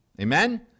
Amen